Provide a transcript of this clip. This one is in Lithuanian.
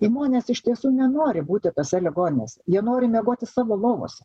žmonės iš tiesų nenori būti tose ligoninės jie nori miegoti savo lovose